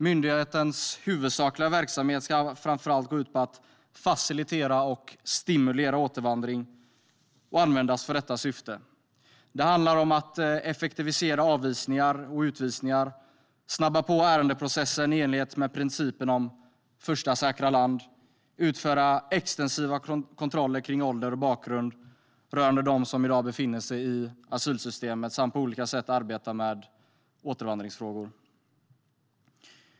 Myndighetens huvudsakliga verksamhet ska framför allt gå ut på att facilitera och stimulera återvandring och användas för detta syfte. Det handlar om att effektivisera avvisningar och utvisningar, snabba på ärendeprocessen i enlighet med principen om första säkra land, utföra extensiva kontroller av ålder och bakgrund rörande dem som i dag befinner sig i asylsystemet samt på olika sätt arbeta med återvandringsfrågor.